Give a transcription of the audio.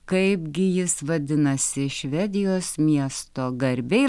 kaipgi jis vadinasi švedijos miesto garbei